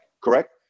correct